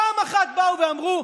פעם אחת באו ואמרו: